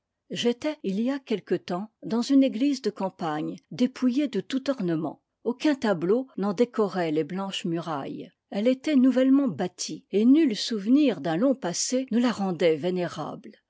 j'étais il y a quelque temps dans une église de campagne dépouillée de tout ornement aucun tableau n'en décorait les blanches murailles elle était nouvellement bâtie et nu souvenir d'un long passé ne la rendait vénérame